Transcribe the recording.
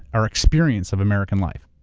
our experience of american life.